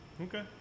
Okay